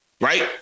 right